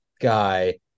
guy